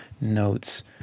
notes